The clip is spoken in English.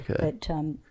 okay